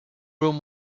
room